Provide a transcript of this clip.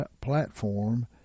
platform